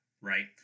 right